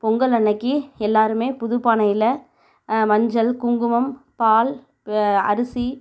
பொங்கல் அன்னிக்கி எல்லாேருமே புது பானையில் மஞ்சள் குங்குமம் பால் ப அரிசி